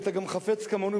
ואתה גם חפץ כמונו,